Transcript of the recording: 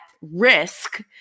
risk